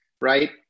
right